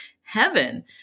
heaven